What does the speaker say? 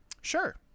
Sure